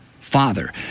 Father